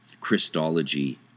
Christology